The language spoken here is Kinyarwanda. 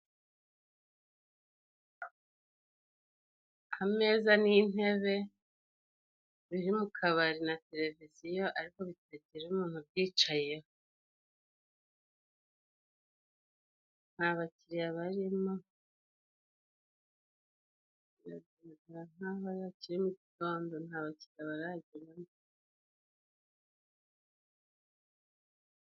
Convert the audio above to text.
Ameza n'intebe biri mu kabari na televiziyo ariko bitagira umuntu ubyicayeho. Nta bakiriya barimo, biragaragara nk'aho hakiri mu gitondo, nta bakiriya barageramo.